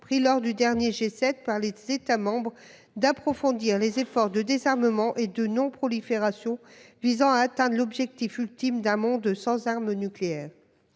pris lors du dernier G7 par les États membres d'approfondir les efforts de désarmement et de non-prolifération visant à atteindre « l'objectif ultime d'un monde sans armes nucléaires